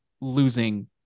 losing